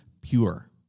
pure